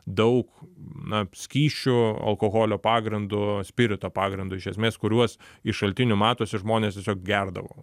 daug na skysčių alkoholio pagrindu spirito pagrindu iš esmės kuriuos iš šaltinių matosi žmonės tiesiog gerdavo